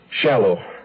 shallow